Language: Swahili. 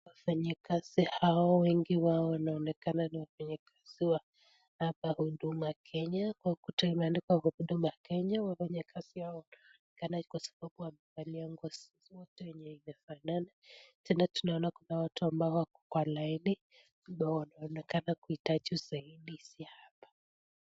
Wafanyikazi hao wengi wao wanaonekana ni wafanyikazi wa hapa huduma kenya kwa ukuta imeandikwa huduma kenya, wafanyikazi hao wameonekana kwa sababu wamevalia nguo zote yenye imefanana, tena tunaona kuna watu ambao wako kwa laini ndo wanaonekana kuhitaji usaidizi ya hapa.